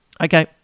Okay